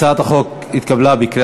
חוק לימוד חובה (תיקון מס' 16)